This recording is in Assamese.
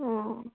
অঁ